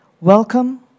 Welcome